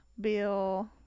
Bill